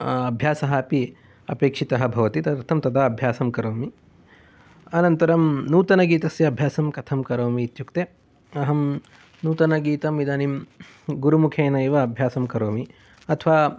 अभ्यासः अपि अपेक्षितः भवति तदर्थं तदा अभ्यासं करोमि अनन्तरं नूतन गीतस्य अभ्यासं कथं करोमि इत्युक्ते अहं नूतन गीतम् इदानीं गुरुमुखेन एव अभ्यासं करोमि अथवा